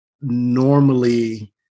normally